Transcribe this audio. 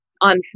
on